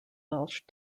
welsh